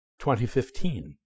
2015